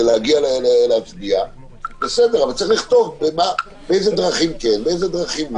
להגיע להצביע אז צריך לכתוב איזה דרכים אפשר ומה לא.